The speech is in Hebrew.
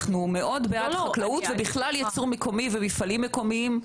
אנחנו מאוד בעד חקלאות ובכלל ייצור מקומי ומפעלים מקומיים.